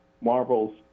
marvel's